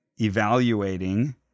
evaluating